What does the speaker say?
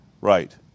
right